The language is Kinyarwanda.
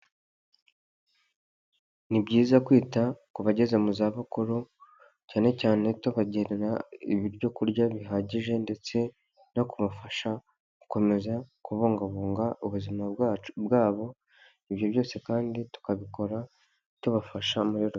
Ni byiza kwita ku bageze mu zabukuru, cyane cyane tubagerira ibyo kurya bihagije ndetse no kubafasha gukomeza kubungabunga ubuzima bwabo, ibyo byose kandi tukabikora tubafasha muri byose.